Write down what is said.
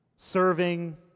serving